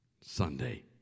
Sunday